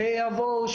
שיבואו,